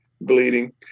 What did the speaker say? bleeding